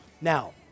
Now